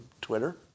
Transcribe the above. Twitter